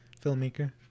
filmmaker